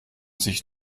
sich